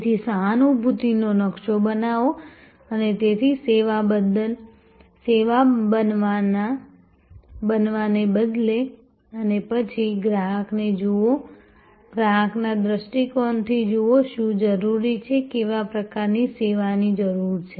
તેથી સહાનુભૂતિનો નકશો બનાવો અને તેથી સેવા બનાવવાને બદલે અને પછી ગ્રાહકને જુઓ ગ્રાહકના દૃષ્ટિકોણથી જુઓ શું જરૂરી છે કેવા પ્રકારની સેવાની જરૂર છે